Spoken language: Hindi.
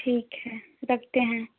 ठीक है रखते हैं